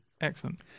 excellent